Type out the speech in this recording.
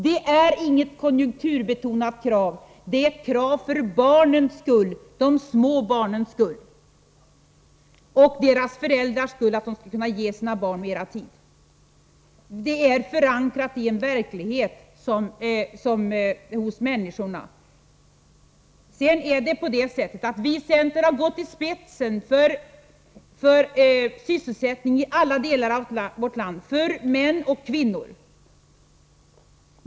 Det är inget konjunkturbetonat krav, det är ett krav för de små barnens skull och för deras föräldrars skull — för att de skall kunna ge sina barn mera tid. Det är förankrat i människornas verklighet. Vii centern har gått i spetsen för sysselsättning i alla delar av vårt land — för kvinnor och män.